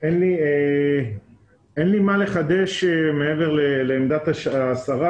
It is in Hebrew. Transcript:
אין לי מה לחדש מעבר לעמדת השרה.